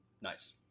nice